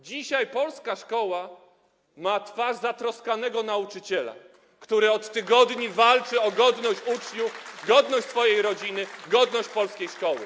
Dzisiaj polska szkoła ma twarz zatroskanego nauczyciela, który od tygodni walczy o godność uczniów, godność swojej rodziny i godność polskiej szkoły.